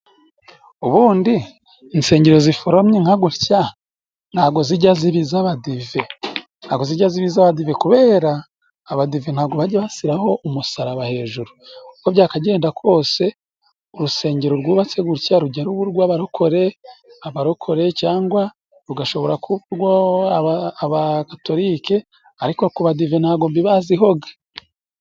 Ubundi insengero ziforomye nka gutya ntago zijya ziba izabadive kubera abadive ntabwo bajya basiraho umusaraba hejuru uko byakagenda kose urusengero rwubatse gutya rujya rw'abarukore, abarokoreye cyangwa rugashobora kuba urwagatoholike ariko ku badive ntago mbibaziho ga.